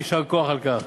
ויישר כוח על כך.